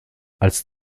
als